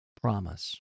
promise